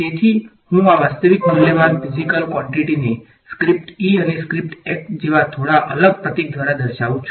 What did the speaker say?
તેથી હું આ વાસ્તવિક મૂલ્યવાન ફીઝીકલ ક્વોંટીટીને સ્ક્રિપ્ટ E અને સ્ક્રિપ્ટ H જેવા થોડા અલગ પ્રતીક દ્વારા દર્શાવું છું